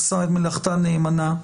עושה את מלאכתה נאמנה,